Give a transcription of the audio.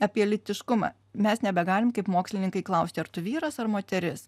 apie lytiškumą mes nebegalim kaip mokslininkai klausti ar tu vyras ar moteris